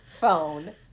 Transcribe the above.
phone